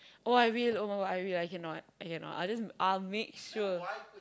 oh I will [oh]-my-God I will I can not I can not I just I'll make sure